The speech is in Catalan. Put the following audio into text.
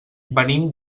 venim